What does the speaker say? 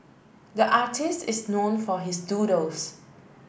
the artist is known for his doodles